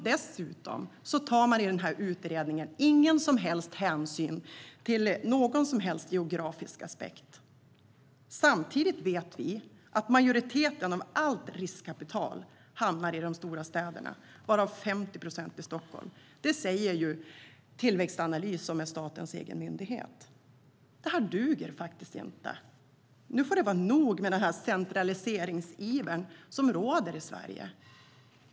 Dessutom tas det i utredningen ingen som helst hänsyn till någon som helst geografisk aspekt, samtidigt som vet vi att majoriteten av allt riskkapital hamnar i de stora städerna. 50 procent hamnar i Stockholm. Det säger ju Tillväxtanalys, som är statens egen myndighet. Detta duger faktiskt inte. Nu får det vara nog med den centraliseringsiver som råder i Sverige.